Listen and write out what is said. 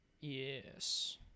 Yes